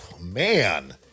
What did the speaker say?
man